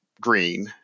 green